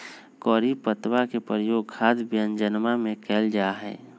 करी पत्तवा के प्रयोग खाद्य व्यंजनवन में कइल जाहई